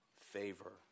favor